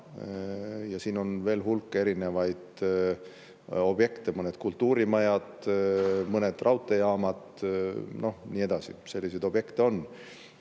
ja siin on veel hulk erinevaid objekte, mõned kultuurimajad, mõned raudteejaamad, nii edasi. Selliseid objekte on.